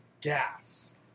gas